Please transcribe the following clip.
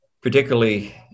particularly